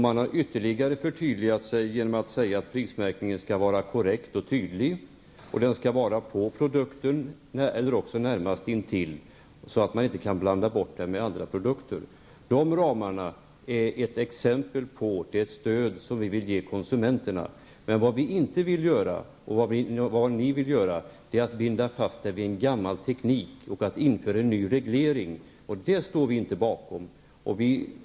Man har ytterligare förtydligat sig genom att säga att prismärkningen skall vara korrekt och tydlig, priset skall vara på produkten eller närmast intill, så att konsumenten inte kan blanda ihop det med andra. Vad vi inte vill göra men som ni vill göra är att binda sig vid en gammal teknik och införa nya regleringar. Det står vi inte bakom.